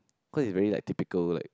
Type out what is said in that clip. cause is very like typical like